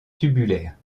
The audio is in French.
tubulaires